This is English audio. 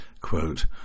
Quote